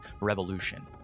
revolution